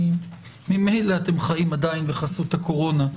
ממילא אתם חיים עדיין בחסות הקורונה,